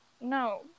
No